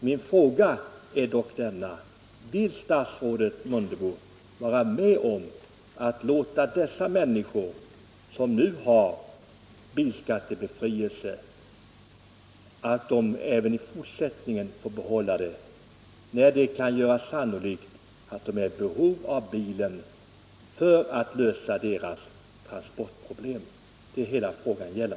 Min fråga är alltså denna: Vill statsrådet Mundebo vara med om att låta dessa människor som nu har bilskattebefrielse behålla den även i fortsättningen, när det kan göras sannolikt att de behöver bilen för att — Nr 68 lösa sina transportproblem? Det är allt vad saken gäller.